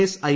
S I